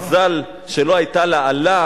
מזל שלא היתה לה אלה,